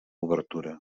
obertura